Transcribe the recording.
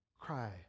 cry